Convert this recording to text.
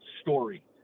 story